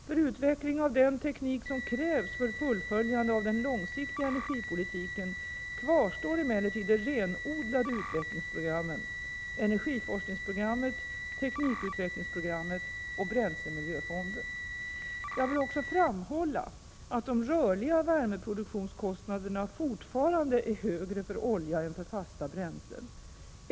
För utveckling av den teknik som krävs för fullföljande av den långsiktiga energipolitiken kvarstår emellertid Jag vill också framhålla att de rörliga värmeproduktionskostnaderna fortfarande är högre för olja än för fasta bränslen.